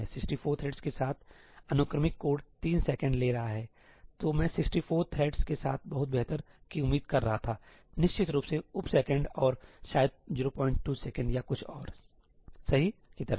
64 threads के साथ यदि अनुक्रमिक कोड 3 सेकंड जैसे ले रहा है तो मैं 64 थ्रेड्स के साथ बहुत बेहतर सही की उम्मीद कर रहा था निश्चित रूप से उप सेकंड और शायद 02 सेकंड या कुछ और सही की तरह